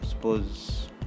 Suppose